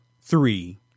three